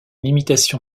limitation